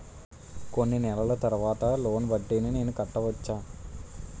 కొన్ని నెలల తర్వాత లోన్ వడ్డీని నేను కట్టవచ్చా?